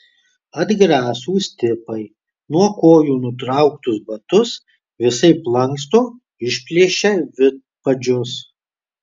atgrasūs tipai nuo kojų nutrauktus batus visaip lanksto išplėšia vidpadžius